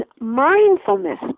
mindfulness